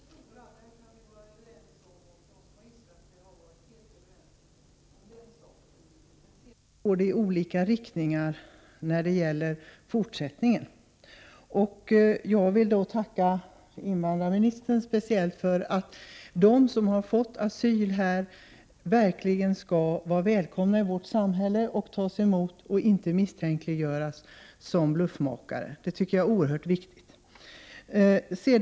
Herr talman! Att flyktingproblemet är stort kan vi vara överens om. Så långt sträcker sig enigheten, sedan går det i olika riktningar. Men jag vill tacka invandrarministern speciellt för det han sagt om att de som har fått asyl i Sverige verkligen kan känna sig välkomna i vårt samhälle, skall tas emot väl och inte skall misstänkliggöras som bluffmakare. Det är oerhört viktigt.